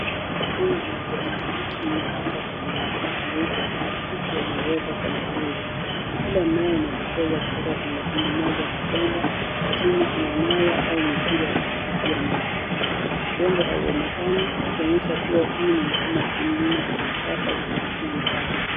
Mmea wa majani mabichi umepandwa kwenye mabomba meupe ya plastiki yaliyo wekwa kwenye nguzo. Kila mmea umetokeza kutoka kwenye tundu moja la bomba na chini kuna nyaya au mipira ya kupitishia maji. Udongo hauonekani ikionyesha kuwa huu ni mfumo wa kilimo cha kisasa usio tumia mchanga.